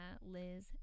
Liz